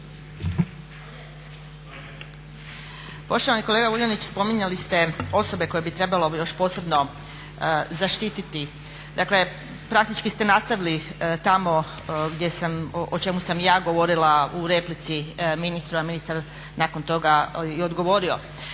Poštovani kolega Vuljanić, spominjali ste osobe koje bi trebalo još posebno zaštititi. Dakle, praktički ste nastavili tamo gdje sam, o čemu sam i ja govorila u replici ministru, a ministar nakon toga i odgovorio.